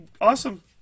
awesome